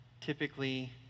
typically